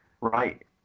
right